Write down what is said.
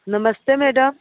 नमस्ते मैडम